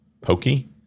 pokey